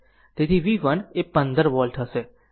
તેથી v 1 એ 15 volt હશે